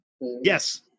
yes